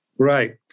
Right